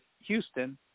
Houston